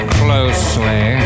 closely